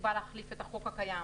הוא בא להחליף את החוק הקיים.